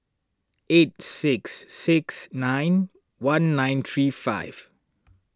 eight six six nine one nine three five